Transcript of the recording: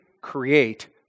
create